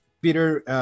Peter